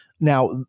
Now